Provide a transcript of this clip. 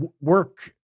work